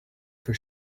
for